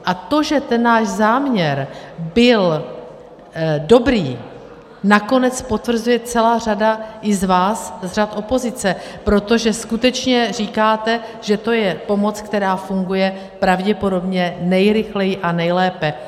A to, že ten náš záměr byl dobrý, nakonec potvrzuje celá řada i z vás, z řad opozice, protože skutečně říkáte, že to je pomoc, která funguje pravděpodobně nejrychleji a nejlépe.